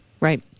Right